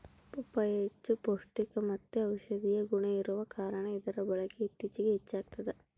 ಪಪ್ಪಾಯಿ ಹೆಚ್ಚು ಪೌಷ್ಟಿಕಮತ್ತೆ ಔಷದಿಯ ಗುಣ ಇರುವ ಕಾರಣ ಇದರ ಬಳಕೆ ಇತ್ತೀಚಿಗೆ ಹೆಚ್ಚಾಗ್ತದ